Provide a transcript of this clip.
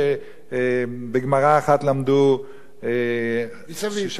בגמרא אחת למדו שישה ילדים,